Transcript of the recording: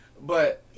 But-